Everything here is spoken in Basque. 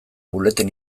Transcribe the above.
buletin